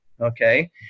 Okay